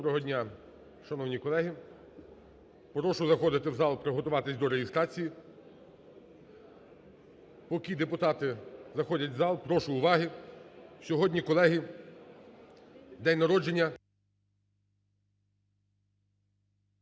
Доброго дня, шановні колеги! Прошу заходити в зал, приготуватись до реєстрації. Поки депутати заходять в зал, прошу уваги. Сьогодні, колеги, день народження